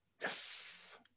yes